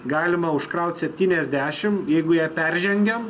galima užkraut septyniasdešim jeigu ją peržengiam